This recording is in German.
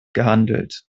gehandelt